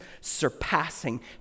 surpassing